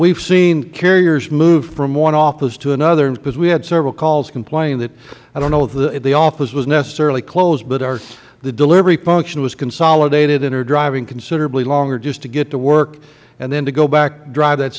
have seen carriers move from one office to another because we had several calls complaining i don't know if the office was necessarily closed but the delivery function was consolidated and they are driving considerably longer just to get to work and then to go back drive that